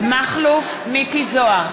מכלוף מיקי זוהר,